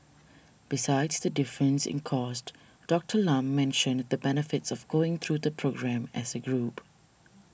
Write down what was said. besides the difference in cost Doctor Lam mentioned the benefits of going through the programme as a group